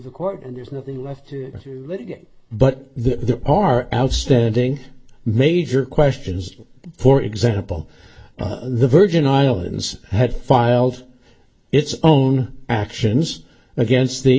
the court and there's nothing left but the are outstanding major questions for example the virgin islands had filed its own actions against the